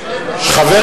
איזה חוק עשיתם,